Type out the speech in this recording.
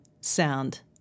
sound